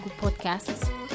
Podcasts